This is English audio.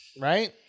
Right